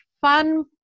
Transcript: fun